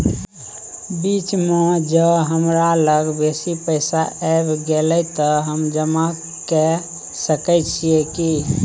बीच म ज हमरा लग बेसी पैसा ऐब गेले त हम जमा के सके छिए की?